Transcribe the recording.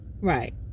Right